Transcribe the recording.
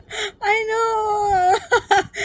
I know